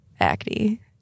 acne